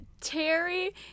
Terry